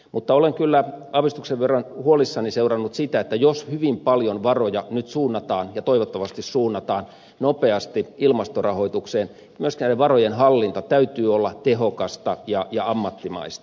mutta olen kyllä aavistuksen verran huolissani seurannut sitä että jos hyvin paljon varoja nyt suunnataan ja toivottavasti suunnataan nopeasti ilmastorahoitukseen myöskin varojen hallinnan täytyy olla tehokasta ja ammattimaista